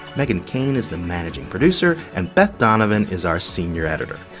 meghan keane is the managing producer, and beth donovan is our senior editor.